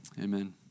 Amen